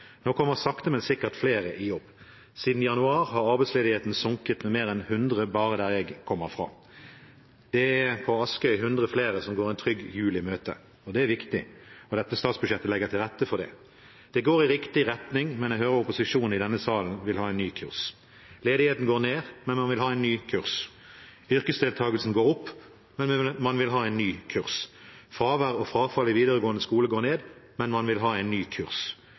Nå kommer sakte, men sikkert flere i jobb. Siden januar har arbeidsledigheten sunket med mer enn 100 bare der jeg kommer fra. På Askøy er det 100 flere som går en trygg jul i møte, og det er viktig. Dette statsbudsjettet legger til rette for det. Det går i riktig retning, men jeg hører opposisjonen i denne salen vil ha en ny kurs. Ledigheten går ned, men man vil ha en ny kurs. Yrkesdeltagelsen går opp, men man vil ha en ny kurs. Fravær og frafall i videregående skole går ned, men man vil ha en ny kurs.